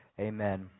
Amen